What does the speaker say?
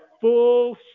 full